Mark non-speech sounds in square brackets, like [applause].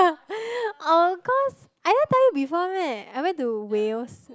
[laughs] oh cause I never tell you before meh I went to Wales